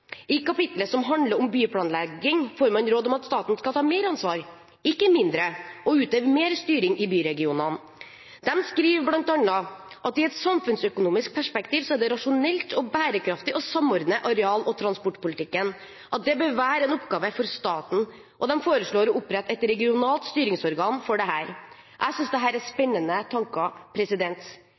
I kapitlet som handler om byplanlegging, får man råd om at staten skal ta mer ansvar – ikke mindre – og utøve mer styring i byregionene. De skriver bl.a. at det i et samfunnsøkonomisk perspektiv er rasjonelt og bærekraftig å samordne areal- og transportpolitikken, at det bør være en oppgave for staten, og de foreslår å opprette et regionalt styringsorgan for dette. Jeg synes dette er spennende tanker.